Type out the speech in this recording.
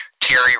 terry